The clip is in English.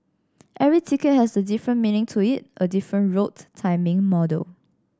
every ticket has a different meaning to it a different route timing model